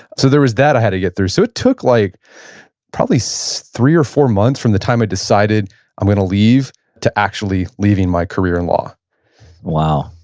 so there was that i had to get through. so it took like probably so three or four months from the time i decided i'm going to leave to actually leaving my career in law wow.